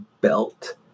belt